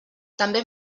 també